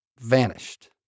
vanished